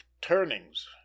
turnings